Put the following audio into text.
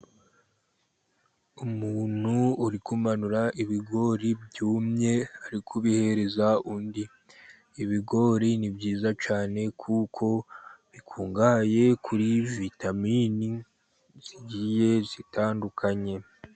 Umuntu uri kumanura ibigori byumye, ari kubihereza undi. Ibigori ni byiza cyane, kuko bikungahaye kuri vitamini zigiye zitandukanye.